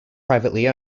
privately